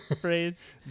phrase